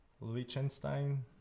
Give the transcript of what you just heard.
Liechtenstein